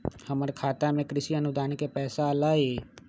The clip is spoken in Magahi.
हमर खाता में कृषि अनुदान के पैसा अलई?